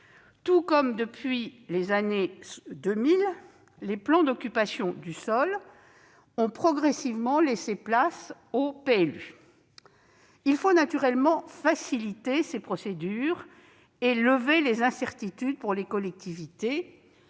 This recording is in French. Ainsi, depuis les années 2000, les POS ont progressivement laissé la place aux PLU. Il faut naturellement faciliter ces procédures et lever les incertitudes pour les collectivités,